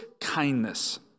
kindness